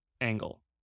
angle